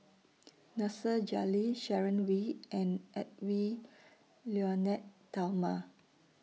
Nasir Jalil Sharon Wee and Edwy Lyonet Talma